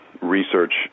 research